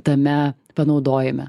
tame panaudojime